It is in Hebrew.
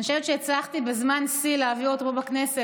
אני חושבת שהצלחתי בזמן שיא להעביר אותו פה בכנסת,